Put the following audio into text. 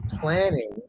planning